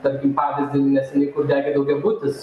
tarkim pavyzdį neseniai kur degė daugiabutis